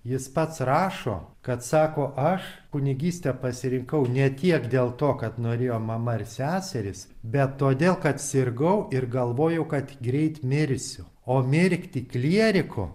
jis pats rašo kad sako aš kunigystę pasirinkau ne tiek dėl to kad norėjo mama ar seserys bet todėl kad sirgau ir galvojau kad greit mirsiu o mirti klieriku